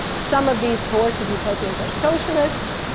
some of these coercive utopians are socialists,